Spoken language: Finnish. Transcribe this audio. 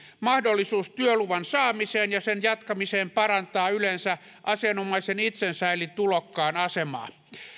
mahdollisuus työluvan saamiseen ja sen jatkamiseen parantaa yleensä asianomaisen itsensä eli tulokkaan asemaa